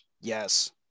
Yes